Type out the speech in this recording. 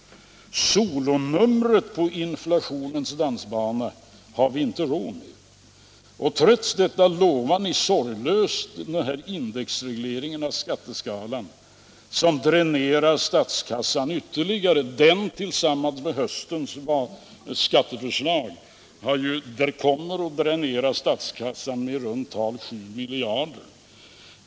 Solonumret på inflationens dansbana har vi inte råd med. Trots detta lovar ni sorglöst den här indexregleringen av skatteskalan som dränerar statskassan ytterligare. Den tillsammans med höstens skatteförslag kommer att dränera statskassan med i runt tal 7 miljarder.